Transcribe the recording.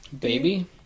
Baby